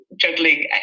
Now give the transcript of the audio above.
juggling